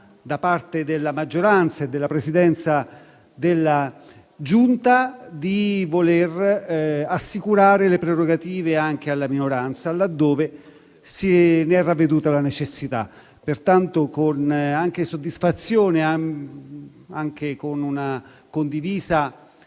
da parte della maggioranza e della Presidenza della Giunta, di voler assicurare le prerogative anche alla minoranza, laddove se ne è ravveduta la necessità. Pertanto, anche con soddisfazione e anche con un condiviso